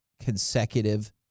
consecutive